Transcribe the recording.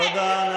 תודה.